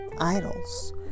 idols